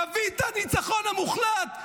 נביא את הניצחון המוחלט,